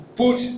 put